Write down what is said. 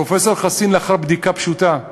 פרופסור חסין, לאחר בדיקה פשוטה,